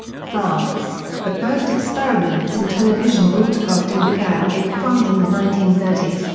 france the first experiments in television broadcasting began in france in the nineteen thirty s,